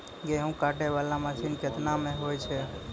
गेहूँ काटै वाला मसीन केतना मे होय छै?